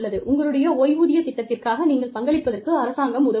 உங்களுடைய ஓய்வூதிய திட்டத்திற்காக நீங்கள் பங்களிப்பதற்கு அரசாங்கம் உதவுகிறது